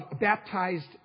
baptized